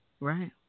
Right